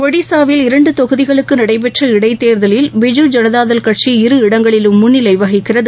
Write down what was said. ஒடிஸாவில் இரண்டு தொகுதிகளுக்கு நடைபெற்ற இடைத் தேர்தலில் ளில் பிஜூ ஜனதா தள் கட்சி இரு இடங்களிலும் முன்னிலை வகிக்கிறது